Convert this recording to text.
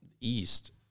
east